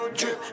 drip